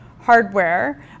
hardware